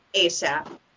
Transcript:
ASAP